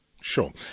Sure